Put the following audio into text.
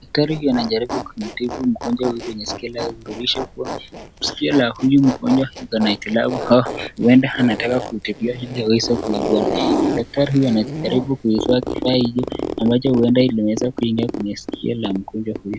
Daktari huyu anajaribu kumtibu mgonjwa huyu kwenye sikio kudhihirisha kuwa sikio la huyu mgonjwa liko na hitilafu. Huenda anataka kutibiwa ili aweze kuipona. Daktari huyu anajaribu kutumia kifaa hiki ambacho huenda kuweza kuingia kwenye sikio la mgonjwa huyu.